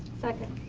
second.